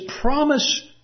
promise